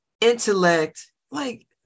intellect—like